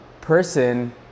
person